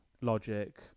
Logic